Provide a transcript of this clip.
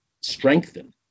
strengthen